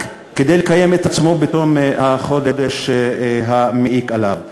כדי לקיים את עצמו בתום החודש המעיק עליו.